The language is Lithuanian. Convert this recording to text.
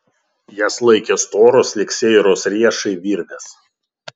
jas laikė storos lyg seiros riešai virvės